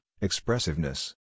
Expressiveness